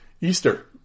Easter